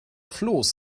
floß